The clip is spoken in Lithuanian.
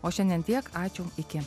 o šiandien tiek ačiū iki